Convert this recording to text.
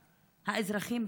האזרחים,